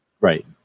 right